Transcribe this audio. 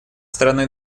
стороны